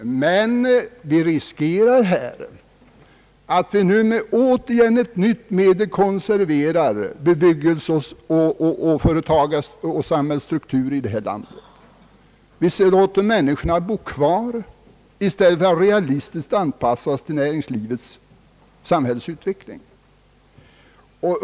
Men vi riskerar här att vi nu återigen med ett nytt medel konserverar bebyggelse, företag och samhällsstruktur i detta land. Vi säger åt människorna att bo kvar i stället för att realistiskt anpassa sig till näringslivet och samhällets utveckling.